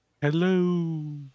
Hello